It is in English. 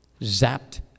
zapped